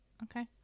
okay